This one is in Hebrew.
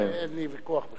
אין לי ויכוח בכלל.